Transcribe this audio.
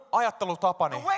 ajattelutapani